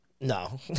No